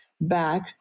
back